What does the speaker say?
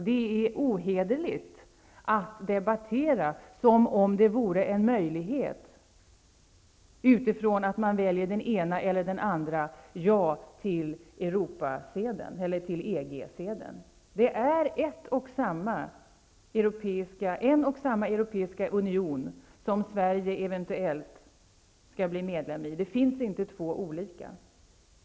Det är ohederligt att debattera som om det vore en möjlighet utifrån att man väljer den ena eller den andra Ja till EG-sedeln. Det är en och samma europeiska union som Sverige eventuellt skall bli medlem i; det finns inte två olika.